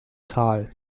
tal